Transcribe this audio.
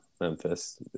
Memphis